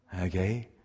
Okay